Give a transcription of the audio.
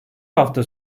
hafta